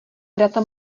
vrata